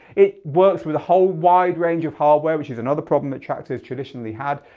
it works with a whole wide range of hardware which is another problem that traktor has traditionally had,